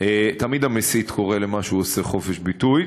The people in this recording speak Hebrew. תמיד המסית קורא למה שהוא עושה חופש ביטוי,